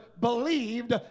believed